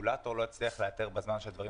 הרגולטור לא הצליח לאתר בזמן שהדברים